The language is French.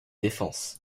défenses